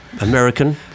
American